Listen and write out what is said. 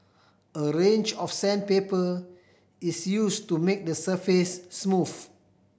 a range of sandpaper is use to make the surface smooth